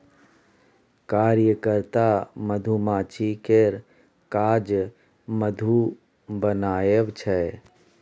कार्यकर्ता मधुमाछी केर काज मधु बनाएब छै